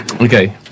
okay